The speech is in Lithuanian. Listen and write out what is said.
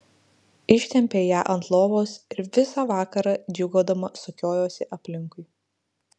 ištempė ją ant lovos ir visą vakarą džiūgaudama sukiojosi aplinkui